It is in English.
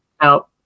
out